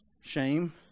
shame